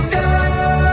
go